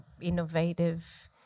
innovative